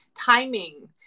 timing